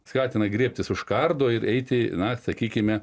skatina griebtis už kardo ir eiti na sakykime